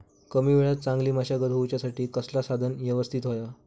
कमी वेळात चांगली मशागत होऊच्यासाठी कसला साधन यवस्तित होया?